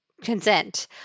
Consent